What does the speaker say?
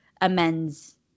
amends